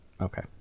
Okay